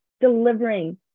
Delivering